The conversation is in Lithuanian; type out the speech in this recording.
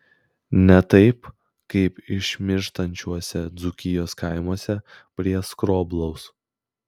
ne taip kaip išmirštančiuose dzūkijos kaimuose prie skroblaus